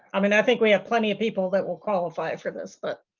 i mean i think we have plenty of people that will qualify for this. but